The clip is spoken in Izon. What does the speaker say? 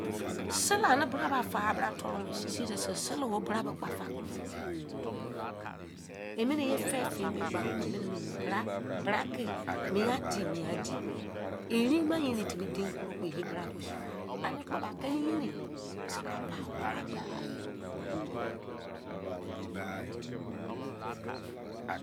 Sẹlẹ o ne bra ba fa toro me seisei dẹ seri sẹlẹ ọ nẹ bra emẹnẹ iyẹ fẹfẹ me gba emene mian di mian di. Erin mi yerin timi dein koro kpo iye bra ma fa anẹ kpo kinẹ yerin?,